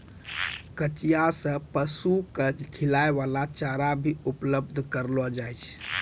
कचिया सें पशु क खिलाय वाला चारा भी उपलब्ध करलो जाय छै